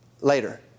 later